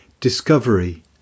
discovery